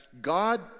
God